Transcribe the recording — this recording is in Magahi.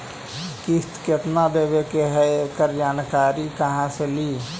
किस्त केत्ना देबे के है एकड़ जानकारी कहा से ली?